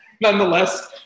nonetheless